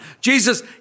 Jesus